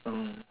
mm